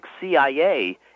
CIA